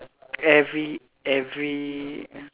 every every